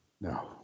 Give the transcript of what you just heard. no